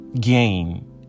gain